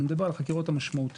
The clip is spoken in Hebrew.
אני מדבר על החקירות המשמעותיות,